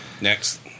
Next